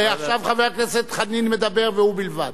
עכשיו חבר הכנסת חנין מדבר, והוא בלבד.